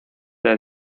del